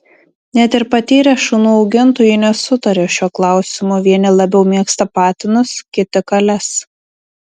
net ir patyrę šunų augintojai nesutaria šiuo klausimu vieni labiau mėgsta patinus kiti kales